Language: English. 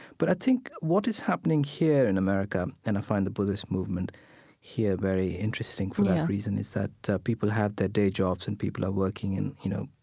but i think what is happening here in america, and i find the buddhist movement here very interesting for that reason, is that that people have their day jobs and people are working in, you know,